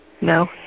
No